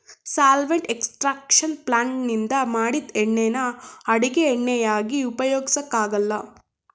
solvent extraction ಪ್ಲಾಂಟ್ನಿಂದ ಮಾಡಿದ್ ಎಣ್ಣೆನ ಅಡುಗೆ ಎಣ್ಣೆಯಾಗಿ ಉಪಯೋಗ್ಸಕೆ ಆಗಲ್ಲ